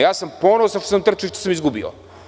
Ja sam ponosan što sam trčao i što sam izgubio.